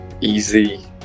easy